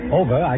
over